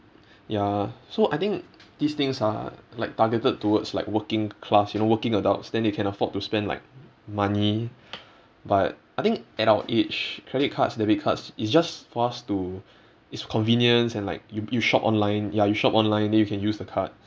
ya so I think these things are like targeted towards like working class you know working adults then they can afford to spend like money but I think at our age credit cards debit cards it's just for us to it's convenience and like you you shop online ya you shop online then you can use the card